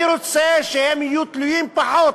אני רוצה שהם יהיו תלויים פחות